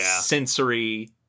sensory